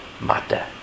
matter